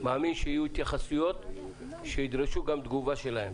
שיהיו התייחסויות שידרשו גם תגובה שלהם,